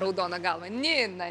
raudona galva nina